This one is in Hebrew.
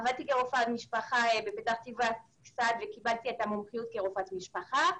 עבדתי כרופאת משפחה בפתח תקווה וקיבלתי את המומחיות כרופאת משפחה.